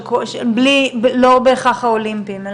לא בהכרח האולימפיים.